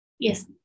yes